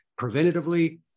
preventatively